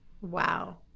wow